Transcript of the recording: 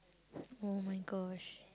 !oh-my-gosh!